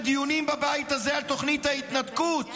בדיונים בבית הזה על תוכנית ההתנתקות,